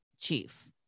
chief